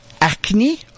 acne